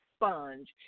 sponge